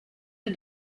the